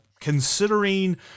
considering